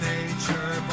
Nature